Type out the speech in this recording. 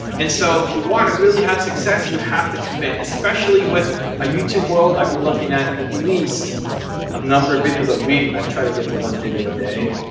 and so, if you want to really have success, you have to commit, especially with a youtube world. i've been looking at and at least a number of videos a week. i try to get to one video a day.